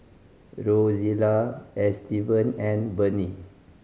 Rozella Estevan and Bennie